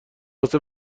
واسه